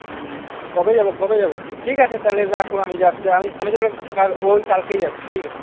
হুম কবে যাব কবে যাব ঠিক আছে তাহলে রাখুন আমি যাচ্ছি আমি আমি তাহলে ওই কালকেই যাচ্ছি ঠিক আছে